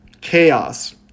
Chaos